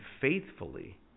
faithfully